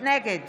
נגד